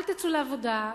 אל תצאו לעבודה.